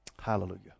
Hallelujah